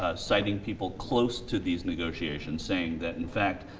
citing people close to these negotiations saying that in fact